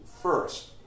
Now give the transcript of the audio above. first